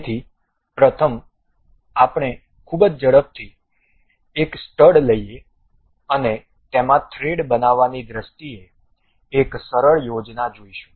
તેથી પ્રથમ આપણે ખૂબ જ ઝડપથી એક સ્ટડ લઈ અને તેમાં થ્રેડ બનાવવાની દ્રષ્ટિએ એક સરળ યોજના જોઈશું